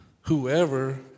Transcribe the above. whoever